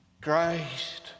Christ